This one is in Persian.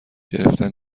گرفتن